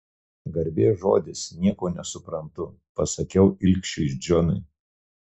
garbės žodis nieko nesuprantu pasakiau ilgšiui džonui